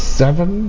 seven